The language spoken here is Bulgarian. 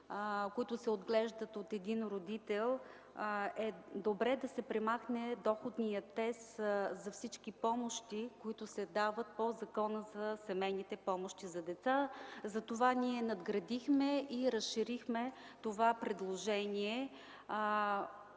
които се отглеждат от един родител, е добре да се премахне доходният тест за всички помощи, които се дават по Закона за семейните помощи за деца. Затова ние надградихме и разширихме това предложение,